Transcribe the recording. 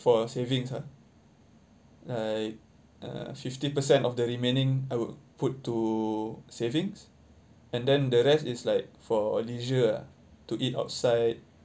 for savings ah like uh fifty percent of the remaining I would put to savings and then the rest is like for leisure ah to eat outside